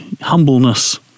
humbleness